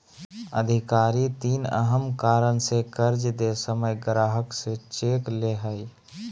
अधिकारी तीन अहम कारण से कर्ज दे समय ग्राहक से चेक ले हइ